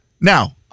Now-